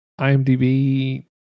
imdb